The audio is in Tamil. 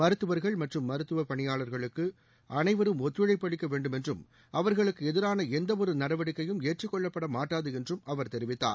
மருத்துவா்கள் மற்றும் மருத்துவ பணியாளா்களுக்கு அனைவரும் ஒத்துழைப்பு அளிக்க வேண்டுமென்றும் அவர்களுக்கு எதிரான எந்த ஒரு நடவடிக்கையும் ஏற்றுக் கொள்ளப்பட மாட்டாது என்றும் அவர் தெரிவித்தார்